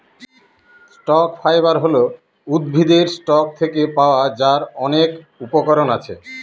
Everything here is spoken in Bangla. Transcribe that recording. স্টক ফাইবার হল উদ্ভিদের স্টক থেকে পাওয়া যার অনেক উপকরণ আছে